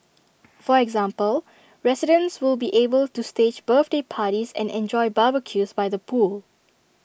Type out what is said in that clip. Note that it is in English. for example residents will be able to stage birthday parties and enjoy barbecues by the pool